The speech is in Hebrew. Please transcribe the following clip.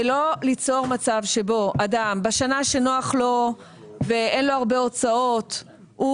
לא ליצור מצב שבו אדם בשנה שנוח לו ואין לו הרבה הוצאות הוא